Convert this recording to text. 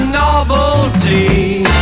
novelty